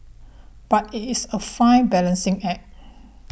but it is a fine balancing act